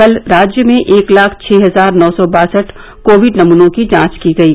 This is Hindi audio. कल राज्य में एक लाख छः हजार नौ सौ बासठ कोविड नमनों की जांच की गयी